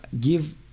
give